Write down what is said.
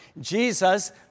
Jesus